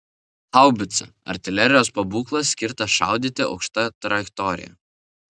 haubica artilerijos pabūklas skirtas šaudyti aukšta trajektorija